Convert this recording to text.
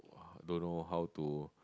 !wah! don't know how to